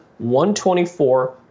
124